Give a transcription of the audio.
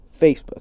Facebook